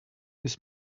this